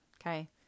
Okay